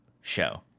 show